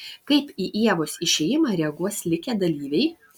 kaip į ievos išėjimą reaguos likę dalyviai